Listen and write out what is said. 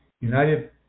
United